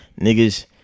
Niggas